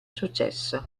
successo